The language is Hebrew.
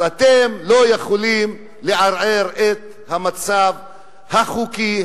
אז אתם לא יכולים לערער את המצב החוקי,